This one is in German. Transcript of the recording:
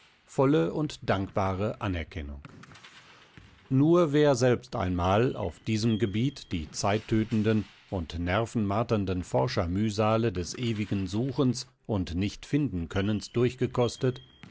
volle und dankbare anerkennung nur wer selbst einmal auf diesem gebiet die zeittötenden und nervenmarternden forschermühsale des ewigen suchens und nichtfindenkönnens durchgekostet